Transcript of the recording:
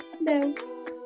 No